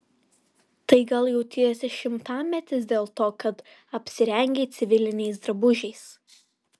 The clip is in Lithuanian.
tai gal jautiesi šimtametis dėl to kad apsirengei civiliniais drabužiais